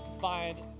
find